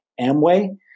Amway